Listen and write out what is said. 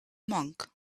monk